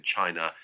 China